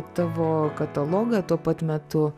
tavo katalogą tuo pat metu